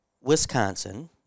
Wisconsin